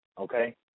Okay